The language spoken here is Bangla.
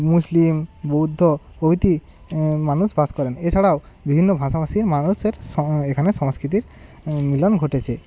মুসলিম বৌদ্ধ প্রভৃতি মানুষ বাস করেন এছাড়াও বিভিন্ন ভাষাভাষীর মানুষের এখানে সংস্কৃতির মিলন ঘটেছে